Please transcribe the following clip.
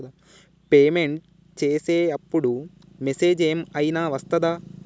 Payment చేసే అప్పుడు message ఏం ఐనా వస్తదా?